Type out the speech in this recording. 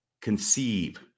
conceive